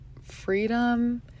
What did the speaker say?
freedom